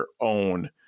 own